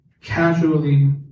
casually